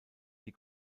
die